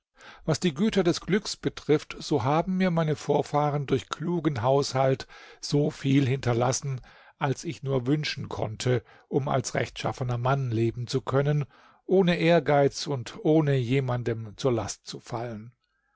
was die güter des glücks betrifft so haben mir meine vorfahren durch klugen haushalt so viel hinterlassen als ich nur wünschen konnte um als rechtschaffener mann leben zu können ohne ehrgeiz und ohne jemandem zur last zu fallen